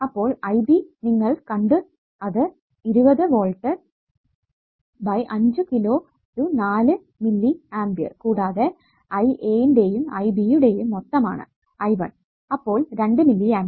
അപ്പോൾ IB നിങ്ങൾ കണ്ടു അത് 20 volt 5 kilo to 4 milli A കൂടാതെ I A ന്റെയും I B യുടെയും മൊത്തമാണ് I 1 അപ്പോൾ 2 മില്ലി A